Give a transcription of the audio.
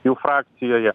jų frakcijoje